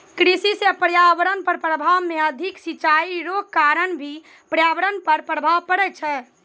कृषि से पर्यावरण पर प्रभाव मे अधिक सिचाई रो कारण भी पर्यावरण पर प्रभाव पड़ै छै